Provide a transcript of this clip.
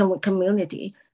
community